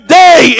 day